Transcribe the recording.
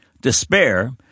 Despair